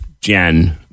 Jen